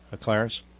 Clarence